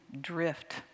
drift